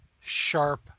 sharp